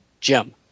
Jim